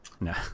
No